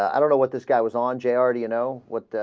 i don't know what this guy was on jr ah do you know what ah.